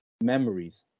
memories